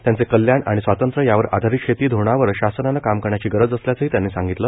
त्यांचे कल्याण आणि स्वातंत्र्य यावर आधारित शेती धोरणावर शासनाने काम करण्याची गरज असल्याचेही त्यांनी सांगितले